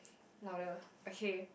louder okay